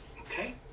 okay